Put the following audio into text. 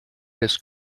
this